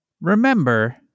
remember